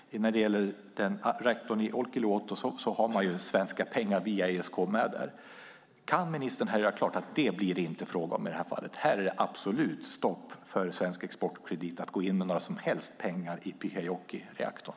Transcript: När det gäller reaktorn i Olkiluoto finns svenska pengar med via Svensk Exportkredit. Kan ministern här göra klart att det inte blir fråga om detta, att här blir det absolut stopp för Svensk Exportkredit att gå in med några som helst pengar i Pyhäjokireaktorn?